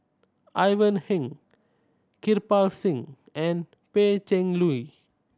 Ivan Heng Kirpal Singh and Pan Cheng Lui